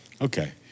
Okay